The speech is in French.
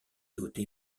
doté